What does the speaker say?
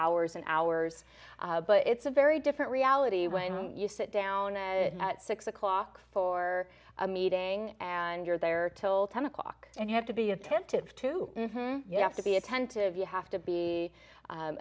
hours and hours but it's a very different reality when you sit down as at six o'clock for a meeting and you're there till ten o'clock and you have to be attentive to you have to be attentive you have to be